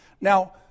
Now